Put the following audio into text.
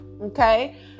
okay